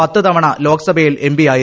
പത്തു തവണ ലോക ്സഭയിൽ എംപിയായിരുന്നു